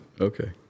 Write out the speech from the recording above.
Okay